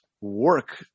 work